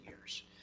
years